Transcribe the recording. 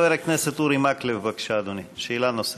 חבר הכנסת אורי מקלב, בבקשה, אדוני, שאלה נוספת.